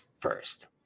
first